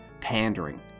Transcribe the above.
pandering